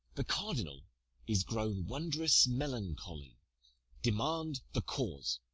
the cardinal is grown wondrous melancholy demand the cause,